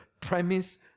premise